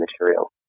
material